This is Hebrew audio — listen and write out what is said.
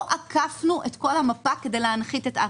לא עקפנו את כל המפה כדי להנחית את עכו.